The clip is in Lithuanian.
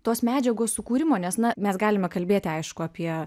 tos medžiagos sukūrimo nes na mes galime kalbėti aišku apie